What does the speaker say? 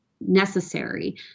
necessary